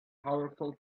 powerful